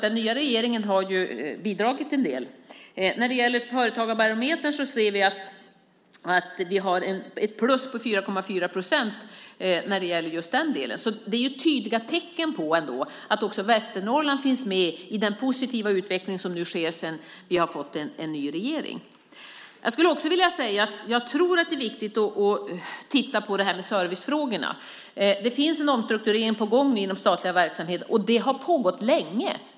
Den nya regeringen har alltså bidragit en del. Enligt företagarbarometern ser vi att vi har ett plus på 4,4 procent när det gäller just den delen. Det är ändå tydliga tecken på att också Västernorrland finns med i den positiva utveckling som har skett sedan vi har fått en ny regering. Jag skulle också vilja säga att jag tror att det är viktigt att titta på servicefrågorna. Det är en omstrukturering på gång inom den statliga verksamheten, och den har pågått länge.